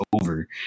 over